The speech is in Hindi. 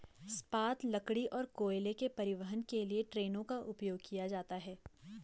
इस्पात, लकड़ी और कोयले के परिवहन के लिए ट्रेनों का उपयोग किया जाता है